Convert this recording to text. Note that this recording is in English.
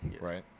right